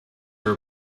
are